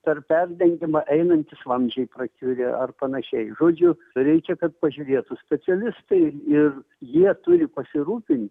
per perdengimą einantys vamzdžiai prakiurę ar panašiai žodžiu reikia kad pažiūrėtų specialistai ir jie turi pasirūpint